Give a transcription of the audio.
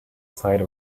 side